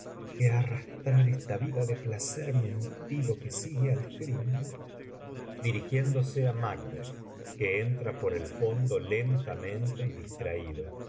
que arrastrar esta vida de placer mentido que sigue al crimen dirigiéndose á macbeth que entra por el fondo lentamente y